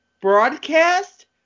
broadcast